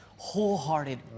wholehearted